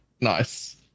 nice